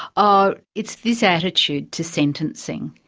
ah it's this attitude to sentencing.